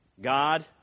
God